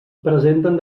presenten